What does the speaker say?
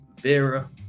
Vera